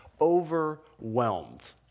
overwhelmed